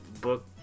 book